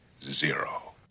zero